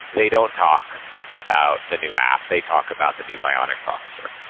they don't talk about the new app. they talk about the new bionic processor,